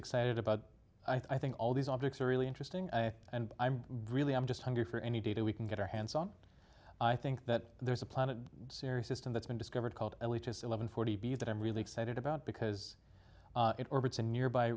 excited about i think all these objects are really interesting and i'm really i'm just hungry for any data we can get our hands on i think that there's a planet siri system that's been discovered called elitist eleven forty b that i'm really excited about because it orbits a nearby